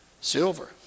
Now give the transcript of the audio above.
Silver